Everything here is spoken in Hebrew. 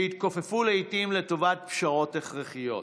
שהתכופפו לעיתים לטובת פשרות הכרחיות.